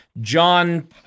John